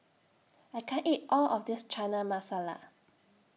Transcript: I can't eat All of This Chana Masala